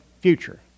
future